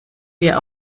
wir